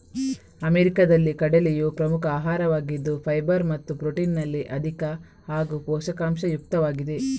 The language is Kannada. ಅಮೆರಿಕಾದಲ್ಲಿ ಕಡಲೆಯು ಪ್ರಮುಖ ಆಹಾರವಾಗಿದ್ದು ಫೈಬರ್ ಮತ್ತು ಪ್ರೊಟೀನಿನಲ್ಲಿ ಅಧಿಕ ಹಾಗೂ ಪೋಷಕಾಂಶ ಯುಕ್ತವಾಗಿದೆ